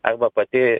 arba pati